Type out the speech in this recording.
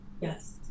yes